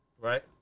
right